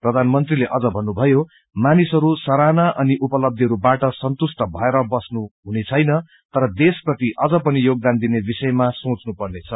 प्रधानमंत्रीले अझ भन्नुभ्यो मानिसहरू सराहना अनि उपलब्यिहरूबाट सन्तुष्ट भएर बस्नु हुनेछैन तर देश प्रति अझ पनि योगदान दिने विषयमा सोच्नु पर्नेछ